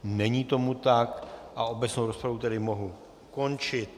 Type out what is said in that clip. Není tomu tak, obecnou rozpravu tedy mohu ukončit.